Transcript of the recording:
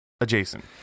Adjacent